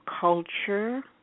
culture